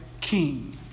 king